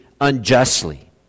unjustly